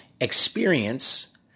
experience